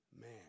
Man